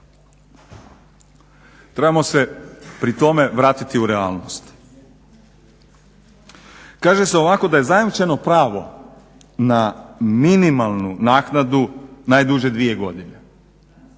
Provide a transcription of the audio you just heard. Trebamo se pri tome vratiti u realnost. Kaže se ovako da je zajamčeno pravo na minimalnu naknadu najduže dvije godine.